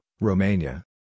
Romania